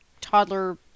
Toddler